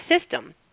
system